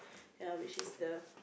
ya which is the